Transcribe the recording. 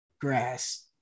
grass